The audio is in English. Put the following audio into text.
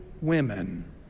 women